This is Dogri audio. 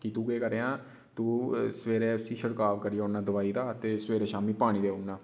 कि तू केह् करेआं तू सबेरे उसी शिड़काव करी ओड़ना दवाई दा ते सबेरे शामी पानी देई उड़ना